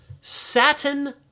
satin